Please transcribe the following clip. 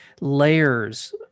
layers